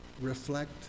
reflect